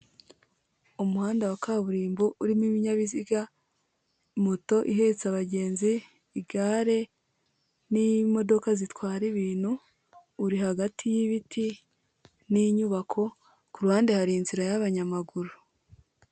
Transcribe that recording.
Umuhanda wa kaburimbo urimo ibinyabiziga, moto ihetse abagenzi, igare n'imodoka zitwara ibintu. Uri hagati y'ibiti n'inyubako, kuruhande hari inzira y'abanyamaguru.